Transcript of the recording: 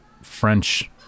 French